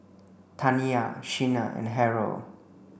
Taniyah Shena and Harrold